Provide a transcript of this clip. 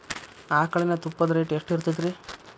ಆಕಳಿನ ತುಪ್ಪದ ರೇಟ್ ಎಷ್ಟು ಇರತೇತಿ ರಿ?